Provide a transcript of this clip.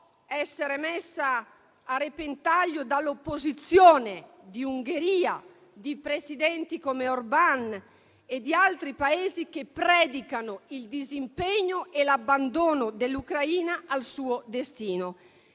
essere messa a repentaglio dall'opposizione dell'Ungheria, di presidenti come Orban e di altri Paesi che predicano il disimpegno e l'abbandono dell'Ucraina al suo destino.